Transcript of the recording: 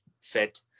fit